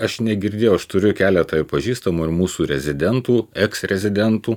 aš negirdėjau aš turiu keletą pažįstamų ir mūsų rezidentų eks rezidentų